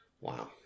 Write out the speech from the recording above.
Wow